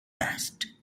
dust